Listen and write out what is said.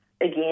again